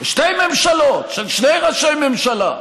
בשתי ממשלות, של שני ראשי ממשלה,